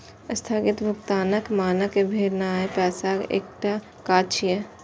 स्थगित भुगतानक मानक भेनाय पैसाक एकटा काज छियै